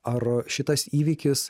ar šitas įvykis